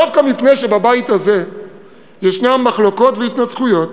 דווקא מפני שבבית הזה יש מחלוקות והתנצחויות,